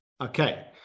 okay